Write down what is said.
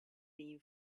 been